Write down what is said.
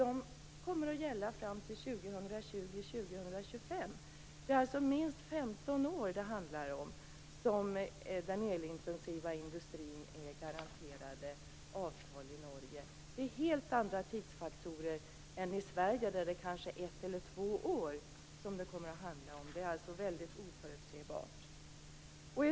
De kommer att gälla fram till år 2020 2025. Det handlar alltså om minst 15 år som den elintensiva industrin i Norge är garanterad avtal. Det är helt andra tidsfaktorer än i Sverige, där det kanske kommer att handla om ett eller två år. Det är alltså mycket oförutsebart.